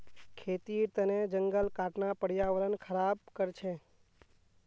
खेतीर तने जंगल काटना पर्यावरण ख़राब कर छे